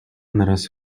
нараас